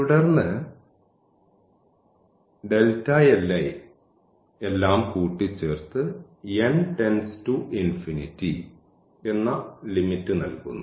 തുടർന്ന് എല്ലാം കൂട്ടിച്ചേർത്തു എന്ന ലിമിറ്റ് നൽകുന്നു